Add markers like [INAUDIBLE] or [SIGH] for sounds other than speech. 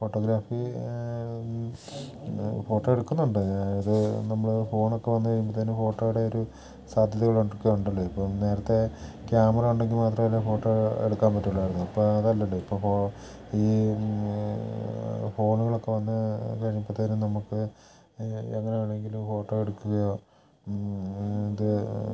photography photo എടുക്കുന്നുണ്ട് അതായത് നമ്മൾ ഫോണൊക്കെ വന്ന് കഴിയുമ്പൊത്തേനും ഫോട്ടോയുടെ ഒരു സാധ്യതകൾ [UNINTELLIGIBLE] ഉണ്ടല്ലോ ഇപ്പം നേരത്തെ ക്യാമറ ഉണ്ടെങ്കിൽ മാത്രം അല്ലേ ഫോട്ടോ എടുക്കാൻ പറ്റുള്ളായിരുന്നു ഇപ്പം അതല്ലല്ലോ ഇപ്പോൾ ഈ ഫോണുകളൊക്കെ വന്ന് കഴിഞ്ഞപ്പത്തേനും നമുക്ക് എങ്ങനെയാണെങ്കിലും ഫോട്ടോ എടുക്കുകയോ ഇത്